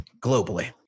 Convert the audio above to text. globally